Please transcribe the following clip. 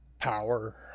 power